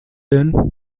than